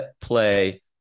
play